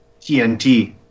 TNT